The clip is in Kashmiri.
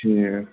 ٹھیٖک